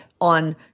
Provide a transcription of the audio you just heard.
on